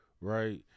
right